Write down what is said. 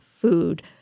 food